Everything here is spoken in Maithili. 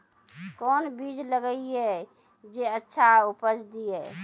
कोंन बीज लगैय जे अच्छा उपज दिये?